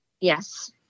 Yes